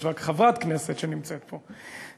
יש רק חברת כנסת שנמצאת פה,